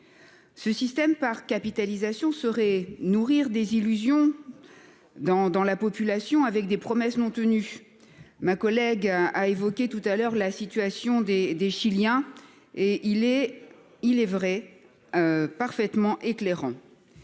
Ce système par capitalisation reviendrait à nourrir des illusions dans la population, avec des promesses non tenues. Ma collègue a évoqué la situation des Chiliens. C'est, il est vrai, un exemple parfaitement éclairant.